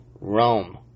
Rome